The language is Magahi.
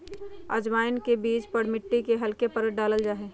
अजवाइन के बीज पर मिट्टी के हल्के परत डाल्ल जाहई